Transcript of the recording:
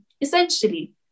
essentially